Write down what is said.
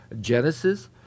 Genesis